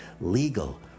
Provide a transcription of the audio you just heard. legal